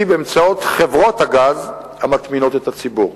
באמצעות חברות הגז המטמינות את הצינור.